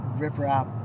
riprap